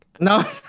no